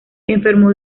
enfermó